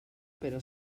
però